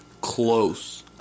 close